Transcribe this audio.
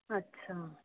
ਅੱਛਾ